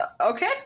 Okay